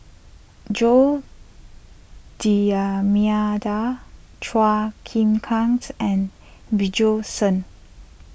Jose D'Almeida Chua king Kang's and Bjorn Shen